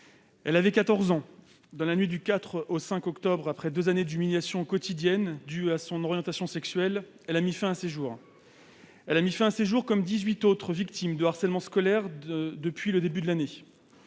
elle avait 14 ans. Dans la nuit du 4 au 5 octobre, après deux années d'humiliations quotidiennes, dues à son orientation sexuelle, elle a mis fin à ses jours, comme dix-huit autres victimes de harcèlement scolaire depuis le début de l'année.